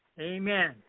Amen